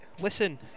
Listen